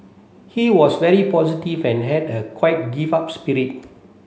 he was very positive and had the quite give up spirit